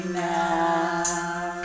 now